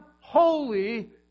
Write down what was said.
holy